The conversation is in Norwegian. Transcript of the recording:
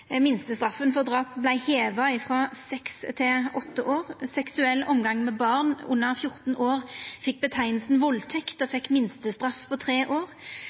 Minstestraffa for drap vart heva frå seks til åtte år. Seksuell omgang med barn under 14 år fekk nemninga valdtekt og fekk minstestraff på tre år.